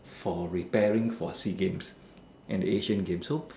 for repairing for sea games and Asian games